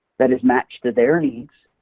that is matched to their needs,